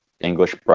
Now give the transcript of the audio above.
English